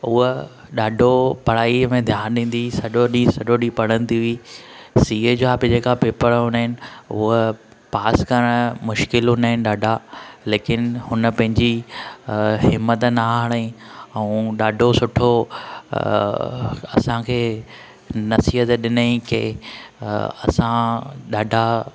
हुअ ॾाढो पढ़ाईअ में ध्यानु ॾींदी हुई सॼो ॾींहुं सॼो ॾींहुं पढ़न्दी हुई सी ए जा जेका पेपर हूंदा आहिनि हुअ पास करणु मुश्किल हूंदा आहिनि ॾाढा लेकिन हुन पंहिंजी हिमथ ना हाराईं ऐं ॾाढो सुठो असांखे नसीहत ॾिनईं की असां ॾाढा